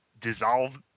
dissolve